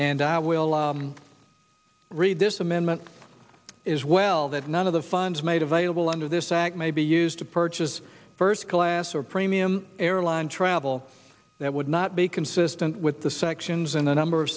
and i will read this amendment is well that none of the funds made available under this act may be used to purchase a first class or premium airline travel that would not be consistent with the sections in a number of